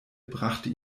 brachte